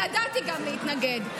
ידעתי גם להתנגד.